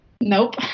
Nope